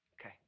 Okay